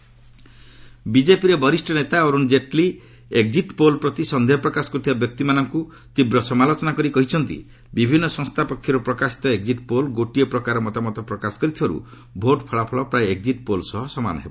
Jaitley exit poll ବିଜେପିର ବରିଷ ନେତା ଅରୁଣ ଜେଟ୍ଲୀ ଏକ୍ଜିଟ୍ ପୋଲ୍ ପ୍ରତି ସନ୍ଦେହ ପ୍ରକାଶ କର୍ତ୍ତିବା ବ୍ୟକ୍ତିମାନଙ୍କ ତୀବ୍ର ସମାଲୋଚନା କରି କହିଛନ୍ତି ବିଭିନ୍ନ ସଂସ୍ଥା ପକ୍ଷରୁ ପ୍ରକାଶିତ ଏକ୍ଜିଟ୍ ପୋଲ୍ ଗୋଟିଏ ପ୍ରକାର ମତାମତ ପ୍ରକାଶ କରିଥିବାରୁ ଭୋଟ୍ ଫଳାଫଳ ପ୍ରାୟ ଏକ୍ଜିଟ୍ ପୋଲ୍ ସହ ସମାନ ହେବ